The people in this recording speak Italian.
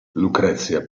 lucrezia